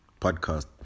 podcast